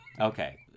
okay